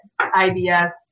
IBS